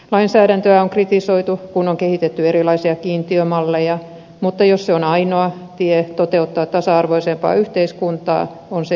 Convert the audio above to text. lainsäädäntöä on kritisoitu kun on kehitetty erilaisia kiintiömalleja mutta jos se on ainoa tie toteuttaa tasa arvoisempaa yhteiskuntaa on se hyväksyttävää